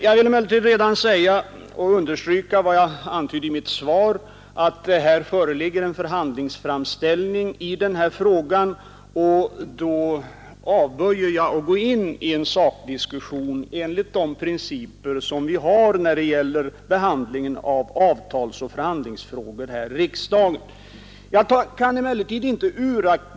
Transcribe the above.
Jag vill emellertid understryka vad jag antydde redan i mitt svar, nämligen att det i denna fråga föreligger en förhandlingsframställning, och enligt de principer som vi har när det gäller behandlingen av avtalsoch förhandlingsfrågor här i riksdagen avböjer jag då att gå in i en sakdiskussion.